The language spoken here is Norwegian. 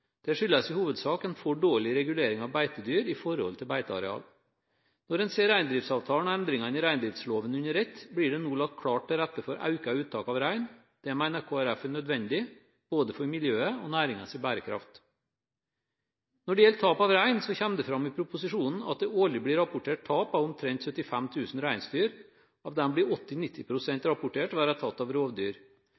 Det skyldes i hovedsak en for dårlig regulering av beitedyr i forhold til beiteareal. Når en ser reindriftsavtalen og endringene i reindriftsloven under ett, blir det nå lagt klart til rette for økt uttak av rein. Det mener Kristelig Folkeparti er nødvendig, både for miljøet og for næringens bærekraft. Når det gjelder tap av rein, kommer det fram i proposisjonen at det årlig blir rapportert tap av omtrent 75 000 reinsdyr. Av dem blir